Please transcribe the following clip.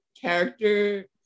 character